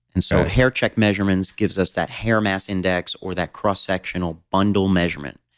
and so haircheck measurements gives us that hair mass index, or that cross-sectional bundle measurement,